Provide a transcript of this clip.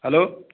hello